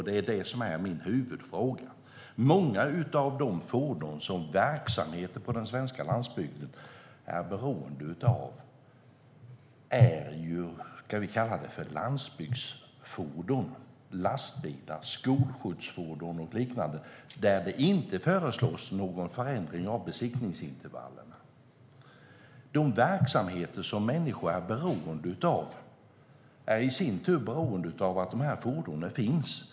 Det är det som är min huvudfråga. Många av de fordon som verksamheter på den svenska landsbygden är beroende av är vad vi kan kalla landsbygdsfordon. Det är lastbilar, skolskjutsfordon och liknande, där det inte föreslås någon förändring av besiktningsintervallerna. De verksamheter som människor är beroende av är i sin tur beroende av att dessa fordon finns.